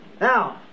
Now